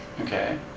Okay